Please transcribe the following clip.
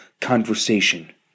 conversation